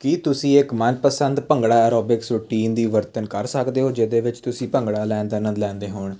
ਕੀ ਤੁਸੀਂ ਇੱਕ ਮਨ ਪਸੰਦ ਭੰਗੜਾ ਐਰੋਬਿਕਸ ਟੀਮ ਦੀ ਵਰਤੋਂ ਕਰ ਸਕਦੇ ਹੋ ਜਿਹਦੇ ਵਿੱਚ ਤੁਸੀਂ ਭੰਗੜਾ ਲੈਣ ਲੈਂਦੇ ਹੋਣ